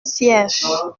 cierge